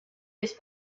his